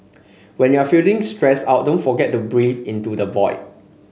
when you are feeling stressed out don't forget to breathe into the void